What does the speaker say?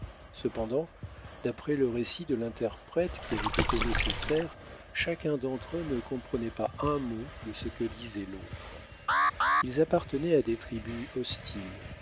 cependant d'après le récit de l'interprète qui avait été nécessaire chacun d'eux ne comprenait pas un mot de ce que disait l'autre ils appartenaient à des tribus hostiles